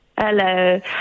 Hello